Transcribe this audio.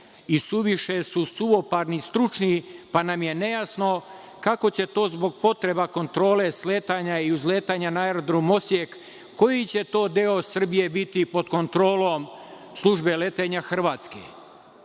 i suviše su suvoparni, stručni, pa nam je nejasno kako će to zbog potrebe kontrole sletanja i uzletanja na Aerodrom Osijek, koji će to deo Srbije biti pod kontrolom službe letenja Hrvatske?